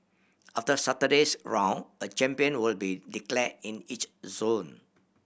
after Saturday's round a champion will be declared in each zone